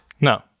No